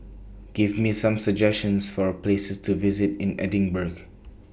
Give Me Some suggestions For Places to visit in Edinburgh